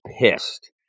pissed